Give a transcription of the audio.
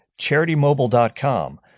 CharityMobile.com